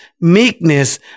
meekness